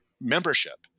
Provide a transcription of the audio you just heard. membership